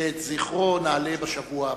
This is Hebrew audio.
שאת זכרו נעלה בשבוע הבא.